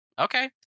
okay